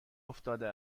افتاده